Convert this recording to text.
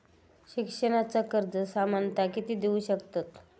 शिक्षणाचा कर्ज सामन्यता किती देऊ शकतत?